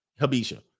Habisha